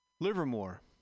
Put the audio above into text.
Livermore